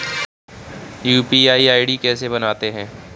UPI ID कैसे बनाते हैं?